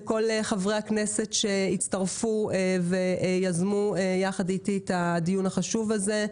לכל חברי הכנסת שהצטרפו ויזמו יחד איתי את הדיון החשוב הזה.